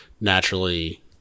naturally